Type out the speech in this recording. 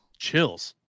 Chills